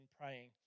praying